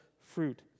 fruit